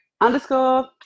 underscore